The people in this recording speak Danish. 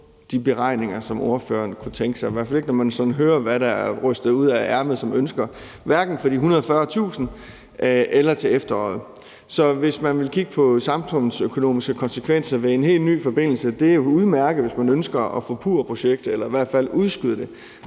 de beregninger, som ordføreren kunne tænke sig, i hvert fald ikke når man sådan hører, hvad der er rystet ud af ærmet af ønsker, hverken for de 140.000 kr. eller til efteråret. Så hvis man vil kigge på samfundsøkonomiske konsekvenser ved en helt ny forbindelse, er det jo udmærket, hvis man ønsker at forpurre projektet eller i hvert fald udskyde det,